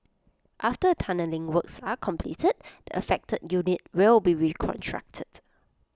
after tunnelling works are completed the affected unit will be reconstructed